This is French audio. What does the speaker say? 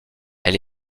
elle